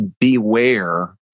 Beware